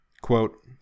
quote